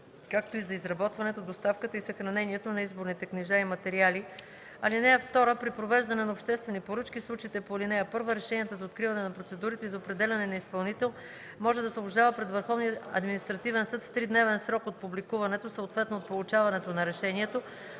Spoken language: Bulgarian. както и за изработването, доставката и съхранението на изборните книжа и материали. (2) При провеждане на обществени поръчки в случаите по ал. 1 решенията за откриване на процедурите и за определяне на изпълнител може да се обжалват пред Върховния административен съд в тридневен срок от публикуването, съответно от получаването на решението.